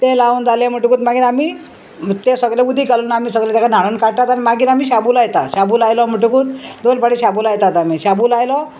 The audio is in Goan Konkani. तें लावन जालें म्हणटकूच मागीर आमी तें सगलें उदी घालून आमी सगलें तेका न्हाणोन काडटात आनी मागीर आमी शाबू लायतात शाबू लायलो म्हणटकूत दोन पाटी शाबू लायतात आमी शाबू लायलो